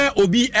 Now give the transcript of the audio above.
obi